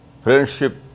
friendship